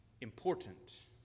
important